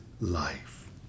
life